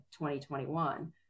2021